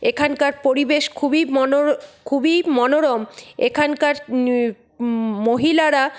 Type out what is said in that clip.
এখানকার পরিবেশ খুবই মনোর খুবই মনোরম এখানকার মহিলারা